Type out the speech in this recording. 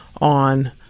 on